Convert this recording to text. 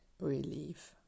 relief